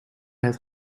het